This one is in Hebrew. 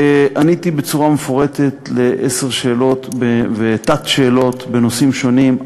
עניתי בצורה מפורטת על עשר שאלות ותת-שאלות בנושאים שונים,